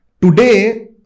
today